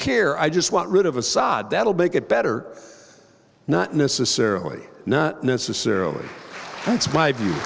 care i just want rid of assad that will make it better not necessarily not necessarily that's